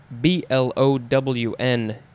B-L-O-W-N